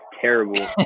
terrible